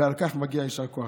ועל כך מגיע יישר כוח.